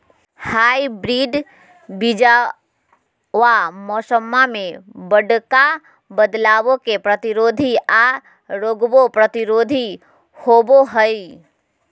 hybrid बीजावा मौसम्मा मे बडका बदलाबो के प्रतिरोधी आ रोगबो प्रतिरोधी होबो हई